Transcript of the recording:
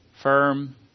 Firm